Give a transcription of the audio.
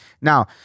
Now